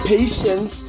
Patience